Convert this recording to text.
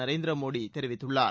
நரேந்திர மோடி தெரிவித்துள்ளார்